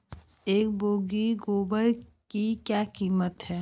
एक बोगी गोबर की क्या कीमत है?